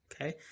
Okay